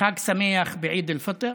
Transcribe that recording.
חג שמח בעיד אל-פיטר,